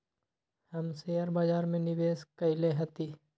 हम शेयर बाजार में निवेश कएले हती